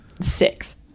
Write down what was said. six